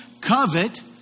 covet